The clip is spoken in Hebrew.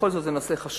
בכל זאת, זה נושא חשוב.